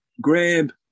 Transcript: grab